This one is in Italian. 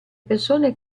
persone